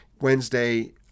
Wednesday